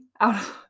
out